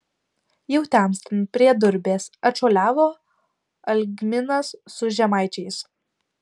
jau temstant prie durbės atšuoliavo algminas su žemaičiais